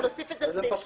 נוסיף את זה בסעיף הזה.